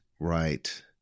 Right